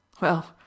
Well